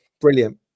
brilliant